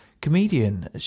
comedian